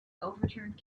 overturned